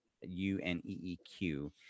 U-N-E-E-Q